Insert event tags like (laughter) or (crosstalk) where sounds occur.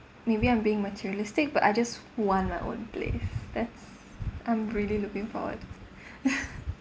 maybe I'm being materialistic but I just want my own place that's I'm really looking forward to (laughs)